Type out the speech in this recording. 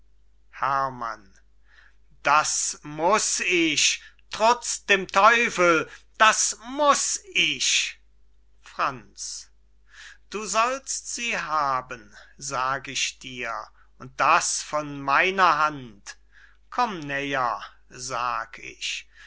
herrmann das muß ich trutz dem teufel das muß ich franz du sollst sie haben sag ich dir und das von meiner hand komm näher sag ich